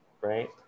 right